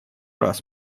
раз